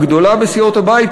הגדולה בסיעות הבית,